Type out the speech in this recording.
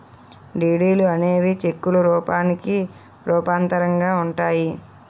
డీడీలు అనేవి చెక్కుల రూపానికి రూపాంతరంగా ఉంటాయి